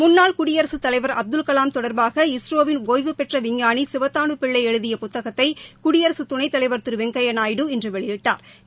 முன்னாள் குடியரசுத் தலைவர் அப்துல்கலாம் தொடர்பாக இஸ்ரோ வின் ஓய்வுபெற்ற விஞ்ஞாளி சிவதானு பிள்ளை எழுதிய புத்தகத்தை குடியரசுத் துணைத்தலைவர் திரு வெங்கையா நாயுடு இன்று வெளியிட்டா்